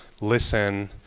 listen